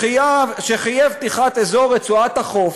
שחייב פתיחת אזור רצועת החוף,